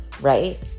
right